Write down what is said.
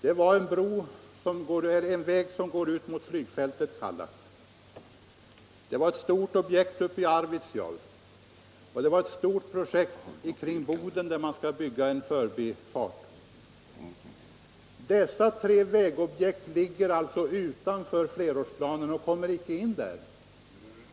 Det var en väg som går ut från flygfältet Kallax, ett stort projekt uppe i Arvidsjaur och ett projekt kring Boden, där man skall bygga en förbifart. Dessa tre vägprojekt ligger alltså utanför flerårsplanen, och de kommer icke in i denna.